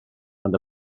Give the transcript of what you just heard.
ond